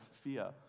fear